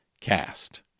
cast